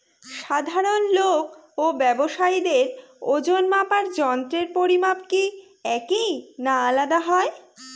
সাধারণ লোক ও ব্যাবসায়ীদের ওজনমাপার যন্ত্রের পরিমাপ কি একই না আলাদা হয়?